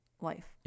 life